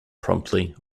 promptly